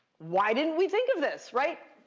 why didn't we think of this, right?